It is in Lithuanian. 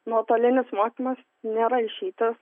nuotolinis mokymas nėra išeitis